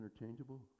interchangeable